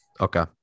Okay